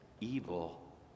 evil